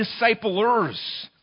disciplers